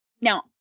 now